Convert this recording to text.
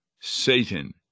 Satan